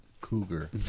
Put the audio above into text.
Cougar